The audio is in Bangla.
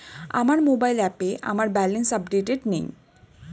আমার মোবাইল অ্যাপে আমার ব্যালেন্স আপডেটেড নেই